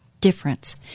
difference